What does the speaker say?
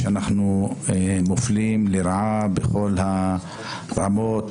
שאנחנו מופלים לרעה בכל הרמות,